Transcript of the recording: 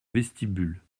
vestibule